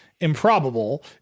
improbable